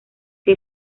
que